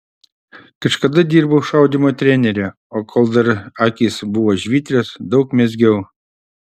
kažkada dirbau šaudymo trenere o kol dar akys buvo žvitrios daug mezgiau